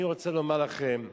אני רוצה לומר לכם,